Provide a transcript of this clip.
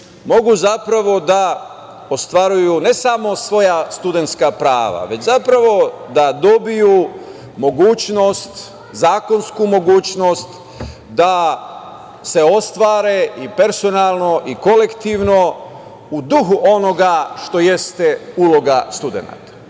mogu, zapravo, da ostvaruju ne samo svoja studentska prava, već, zapravo, da dobiju mogućnost, zakonsku mogućnost da se ostvare i personalno i kolektivno u duhu onoga što jeste uloga studenata. Uvek